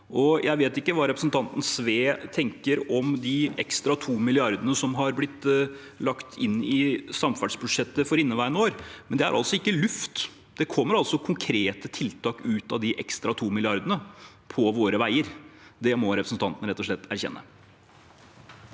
jeg vet ikke hva representanten Sve tenker om de ekstra 2 mrd. kr som har blitt lagt inn i samferdselsbudsjettet for inneværende år, men det er altså ikke luft. Det kommer altså konkrete tiltak ut av de ekstra to milliarder kronene på våre veier. Det må representanten rett og slett erkjenne.